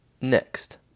Next